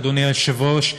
אדוני היושב-ראש.